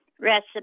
recipe